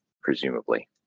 presumably